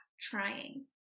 trying